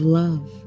love